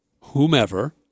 whomever